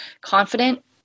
confident